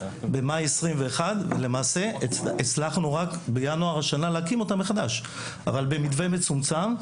בינואר השנה הצלחנו להקים אותה מחדש אבל במבנה מצומצם.